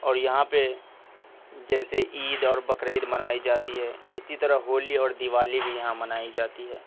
اور یہاں پہ جیسے عید اور بکرہ عید منائی جاتی ہے اسی طرح ہولی اور دیلوالی بھی یہاں منائی جاتی ہے